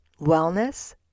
wellness